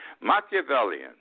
Machiavellian